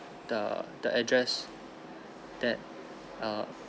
the the address that err